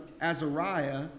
Azariah